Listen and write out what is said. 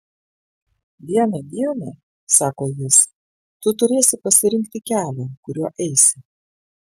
vieną dieną sako jis tu turėsi pasirinkti kelią kuriuo eisi